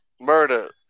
murder